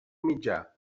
mitjà